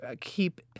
keep